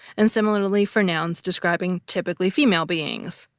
and similarly for nouns describing typically female beings.